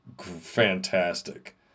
fantastic